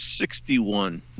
Sixty-one